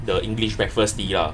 the english breakfast tea lah